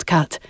Cut